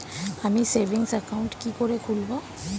আমি savings account কি করে খুলব?